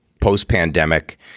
post-pandemic